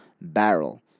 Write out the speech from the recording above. barrel